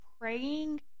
praying